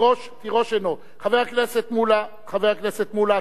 חבר הכנסת מולה,